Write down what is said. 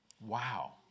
Wow